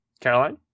Caroline